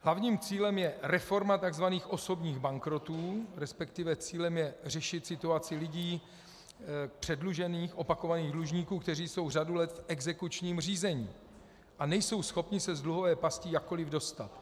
Hlavním cílem je reforma takzvaných osobních bankrotů, respektive cílem je řešit situaci lidí předlužených, opakovaných dlužníků, kteří jsou řadu let v exekučním řízení a nejsou schopni se z dluhové pasti jakkoliv dostat.